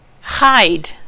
hide